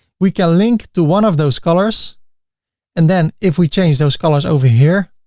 we can link to one of those colors and then if we change those colors over here,